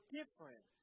different